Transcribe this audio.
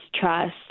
trust